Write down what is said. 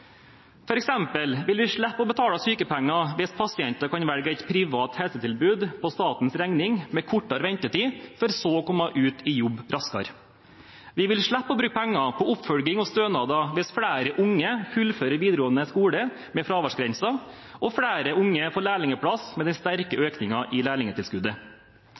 eksempel vil vi slippe å betale sykepenger hvis pasienter kan velge et privat helsetilbud på statens regning, med kortere ventetid, for så å komme ut i jobb raskere. Vi vil slippe å bruke penger på oppfølging og stønader hvis flere unge fullfører videregående skole på grunn av fraværsgrensen, og hvis flere unge får lærlingplass med den sterke økningen i